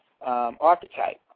archetype